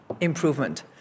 improvement